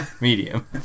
medium